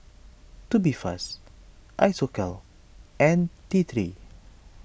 Tubifast Isocal and T three